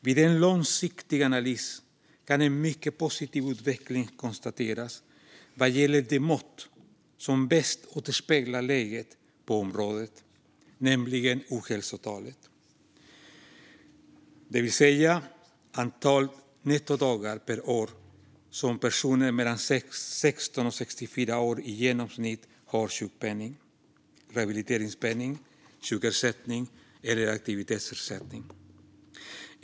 Vid en långsiktig analys kan en mycket positiv utveckling konstateras vad gäller det mått som bäst återspeglar läget på området, nämligen ohälsotalet, det vill säga antal nettodagar per år som personer mellan 16 och 64 år i genomsnitt har sjukpenning, rehabiliteringspenning, sjukersättning eller aktivitetsersättning.